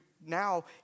now